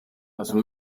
also